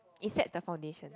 is that the foundation